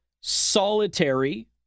solitary